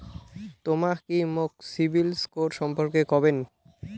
তমা কি মোক সিবিল স্কোর সম্পর্কে কবেন?